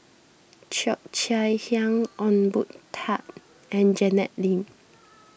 Cheo Chai Hiang Ong Boon Tat and Janet Lim